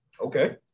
Okay